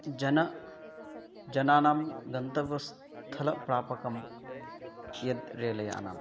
जन जनानां गन्तव्यस्थलप्रापकं यत् रेलयानम्